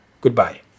Goodbye